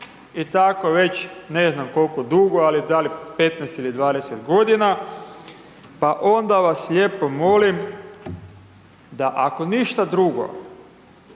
i tako već, ne znam koliko dugo, ali da li 15 ili 20 godina, pa onda vas lijepo molim da, ako ništa drugo,